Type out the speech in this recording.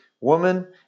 woman